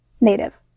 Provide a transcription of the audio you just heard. Native